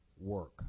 work